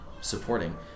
supporting